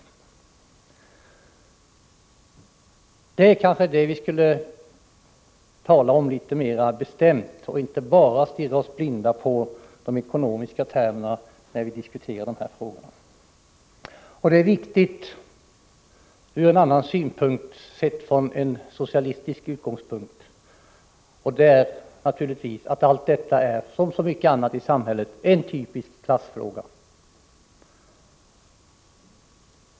Detta borde vi kanske tala om litet mer bestämt och inte bara stirra oss blinda på de ekonomiska termerna, när vi diskuterar dessa frågor. Det är viktigt från en annan synpunkt och sett från en socialistisk utgångspunkt. Jag tänker naturligtvis på att allt detta som så mycket annat i samhället är en typisk klassfråga.